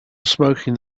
smoking